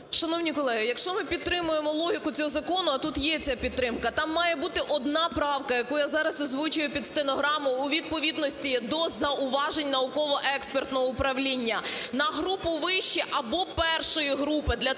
Шановні колеги, якщо ми підтримуємо логіку цього закону, а тут є ця підтримка, там має бути одна правка, яку я зараз озвучую під стенограму у відповідності до зауважень Науково-експертного управління: "на групу вище або І групи".